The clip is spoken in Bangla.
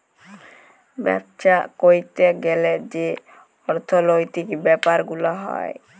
বাপ্সা ক্যরতে গ্যালে যে অর্থলৈতিক ব্যাপার গুলা হ্যয়